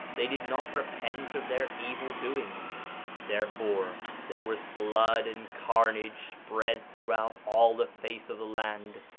they did not repent of their evil doings therefore there was blood and carnage spread throughout all the face of the land,